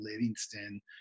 Livingston